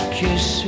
kiss